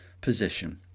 position